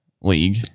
league